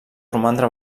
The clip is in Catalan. romandre